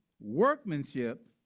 workmanship